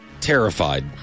terrified